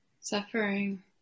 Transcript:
Suffering